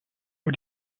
nur